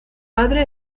padre